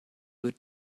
wird